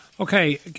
Okay